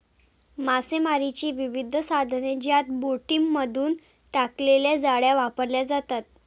मासेमारीची विविध साधने ज्यात बोटींमधून टाकलेल्या जाळ्या वापरल्या जातात